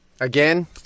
Again